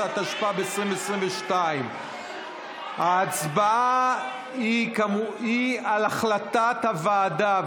13, התשפ"ב 2022. ההצבעה היא על החלטת הוועדה,